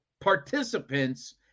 participants